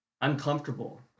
uncomfortable